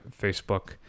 Facebook